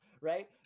right